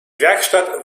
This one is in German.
werkstatt